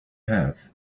have